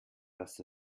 dass